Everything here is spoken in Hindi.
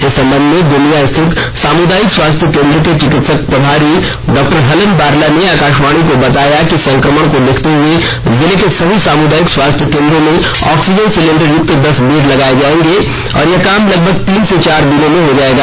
इस संबंध में गोमिया स्थित सामुदायिक स्वास्थ्य केंद्र के चिकित्सा प्रभारी डॉ हलन बारला ने आकाशवाणी को बताया कि संक्रमण को देखते हुए जिले के सभी सामुदायिक स्वास्थ्य केंद्रों में ऑक्सीजन सिलिंडर युक्त दस बेड लगाये जायेंगे और यह काम लगभग तीन से चार दिनों में हो जायेगा